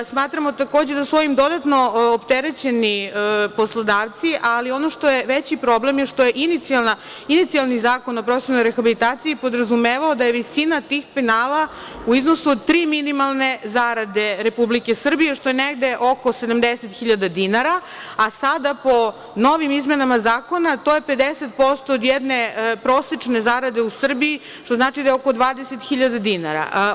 Smatramo, takođe, da su ovim dodatno opterećeni poslodavci, ali ono što je veći problem je, što je inicijalni zakon o profesionalnoj rehabilitaciji prodrazumevao da je visina tih penala, u iznosu od tri minimalne zarade Republike Srbije, što je negde oko 70 hiljada dinara, a sada po novim izmenama zakona to je 50% od jedne prosečne zarade u Srbiji, što znači da je oko 20 hiljada dinara.